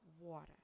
Water